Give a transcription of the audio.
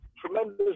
tremendous